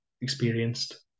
experienced